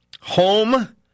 home